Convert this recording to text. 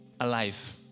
alive